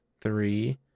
three